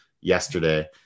yesterday